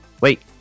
Wait